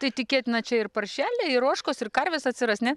tai tikėtina čia ir paršeliai ir ožkos ir karvės atsiras ne